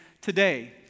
today